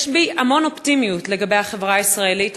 יש בי המון אופטימיות לגבי החברה הישראלית.